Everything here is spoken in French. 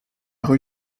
rue